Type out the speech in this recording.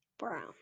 Brown